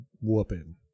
whooping